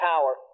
power